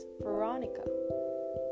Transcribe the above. Veronica